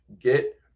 get